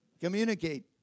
Communicate